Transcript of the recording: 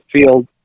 field